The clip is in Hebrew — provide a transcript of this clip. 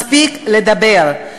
מספיק לדבר.